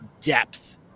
depth